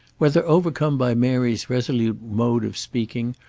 whether overcome by mary's resolute mode of speaking,